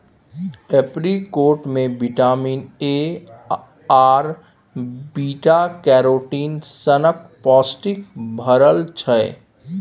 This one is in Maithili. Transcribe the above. एपरीकोट मे बिटामिन ए आर बीटा कैरोटीन सनक पौष्टिक भरल छै